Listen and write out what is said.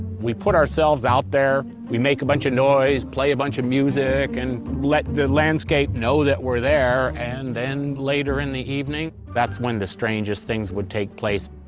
we put ourselves out there. we make a bunch of noise, play a bunch of music and let the landscape know that we're there and then later, in the evening that's when the strangest things would take place.